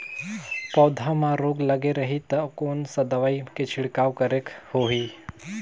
पौध मां रोग लगे रही ता कोन सा दवाई के छिड़काव करेके होही?